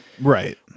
right